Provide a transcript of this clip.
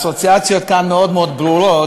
והאסוציאציות כאן מאוד מאוד ברורות,